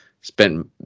spent